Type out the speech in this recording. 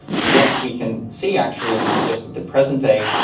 what we can see actually, just at the present day,